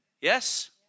Yes